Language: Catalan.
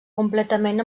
completament